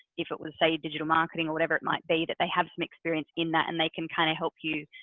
if it was say digital marketing or whatever it might be that they have some experience in that and they can kind of help you.